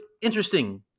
interesting